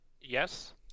Yes